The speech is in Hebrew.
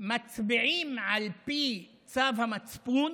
מצביעים על פי צו המצפון,